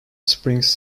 springs